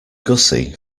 gussie